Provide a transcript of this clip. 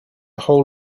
whole